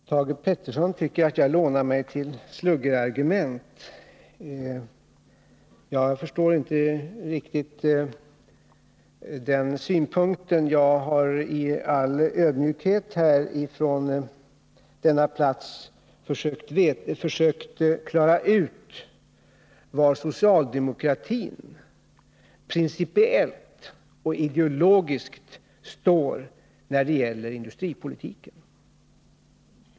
Fru talman! Thage Peterson tycker att jag använder mig av sluggerargument. Jag förstår inte riktigt den svnpunkten. I all ödmjukhet har jag från denna plats försökt klara ut var socialdemokratin principiellt och ideologiskt står när det gäller industripolitiken.